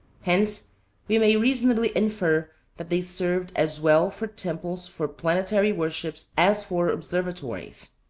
hence we may reasonably infer that they served as well for temples for planetary worship as for observatories.